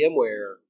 VMware